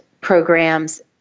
programs